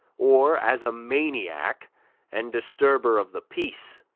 or as a maniac and disturber of the peace,